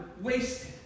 wasted